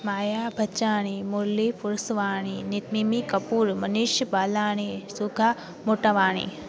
Maya Bachani Murli Purswani Nimi Kapoor Manish Balani Sudha Motwani